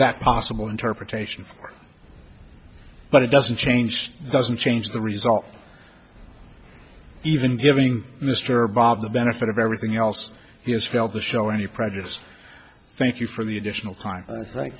that possible interpretation but it doesn't change doesn't change the result even giving mr bob the benefit of everything else he has failed to show any prejudice thank you for the additional time